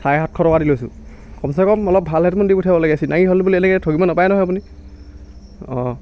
চাৰে সাতশ টকা দি লৈছোঁ কমচেকম অলপ ভাল হেডফোন দি পঠিয়াব লাগে চিনাকি হ'ল বুলিয়ে এনেকৈ ঠগিব নাপায় নহয় আপুনি অঁ